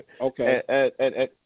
Okay